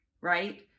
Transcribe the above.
right